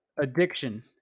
addiction